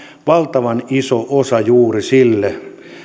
valtavan iso menetys juuri sille